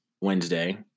Wednesday